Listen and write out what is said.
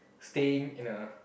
staying in a